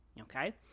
okay